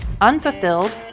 unfulfilled